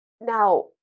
now